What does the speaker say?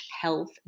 health